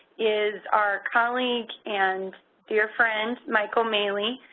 is our colleague and dear friend, michael maley,